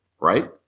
right